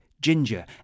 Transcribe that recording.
ginger